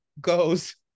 goes